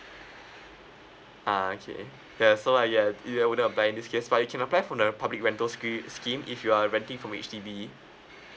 ah okay ya so uh ya you you wouldn't applying this case but you can apply for the public rental scheme scheme if you are renting from H_D_B